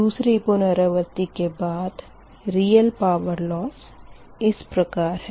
दूसरी पुनरावर्ती के बाद रियल पावर लॉस इस प्रकार है